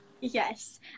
Yes